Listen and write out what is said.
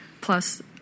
plus